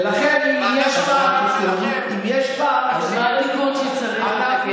ולכן, אם יש פער, אז מה התיקון שצריך לתקן?